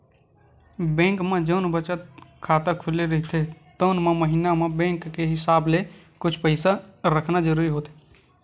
bank म जउन बचत खाता खुले रहिथे तउन म महिना म बेंक के हिसाब ले कुछ पइसा रखना जरूरी होथे